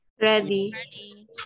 Ready